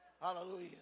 Hallelujah